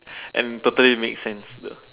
and totally makes sense